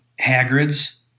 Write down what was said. Hagrid's